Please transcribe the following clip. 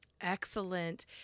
Excellent